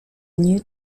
new